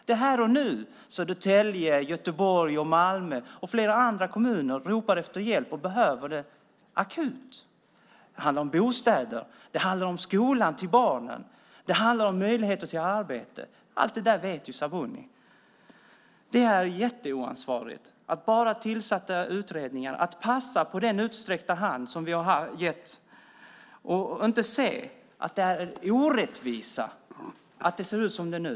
Det är här och nu som Södertälje, Göteborg och Malmö och flera andra kommuner ropar efter hjälp och behöver det akut. Det handlar om bostäder. Det handlar om skola till barnen. Det handlar om möjlighet till arbete. Allt det vet ju Sabuni. Det är jätteoansvarigt att bara tillsätta utredningar och passa på vår utsträckta hand och inte se att det är en orättvisa som det ser ut nu.